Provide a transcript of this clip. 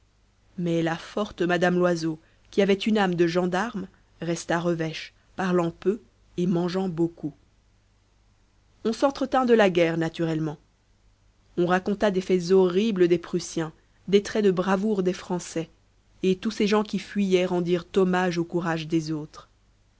mais la forte mme loiseau qui avait une âme de gendarme resta revêche parlant peu et mangeant beaucoup on s'entretint de la guerre naturellement on raconta des faits horribles des prussiens des traits de bravoure des français et tous ces gens qui fuyaient rendirent hommage au courage des autres